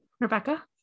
Rebecca